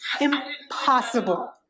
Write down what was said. Impossible